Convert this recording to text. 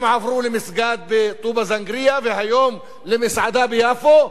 הם עברו למסגד בטובא-זנגרייה, והיום למסעדה ביפו,